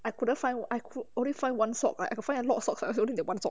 I couldn't find I could only find one sock like I got find a lot of socks ah is only that one socks